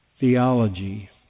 theology